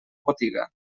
botiga